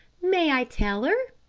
may i tell her?